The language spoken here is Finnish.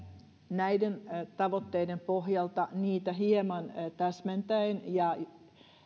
näiden tavoitteiden pohjalta niitä hieman täsmentäen ja